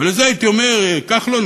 ועל זה הייתי אומר: כחלון,